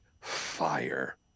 fire